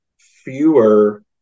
fewer